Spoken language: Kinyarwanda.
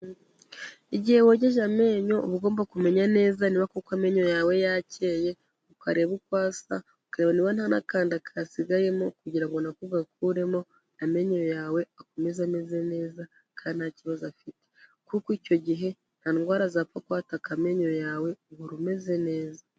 Igihe wogeje amenyo uba ugomba kumenya neza niba koko amenyo yawe yakeye, ukareba uko asa ukareba niba nta n'akanda kasigayemo kugira ngo nako ugakuremo amenyo yawe akomeze ameze neza kandi nta kibazo afite kuko icyo gihe nta ndwara zapfa kwataka akamenyo yawe uhora umeze neza.